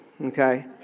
okay